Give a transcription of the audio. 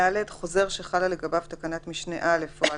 (ד)חוזר שחלה לגביו תקנת משנה (א) או (א2)